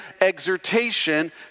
exhortation